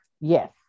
Yes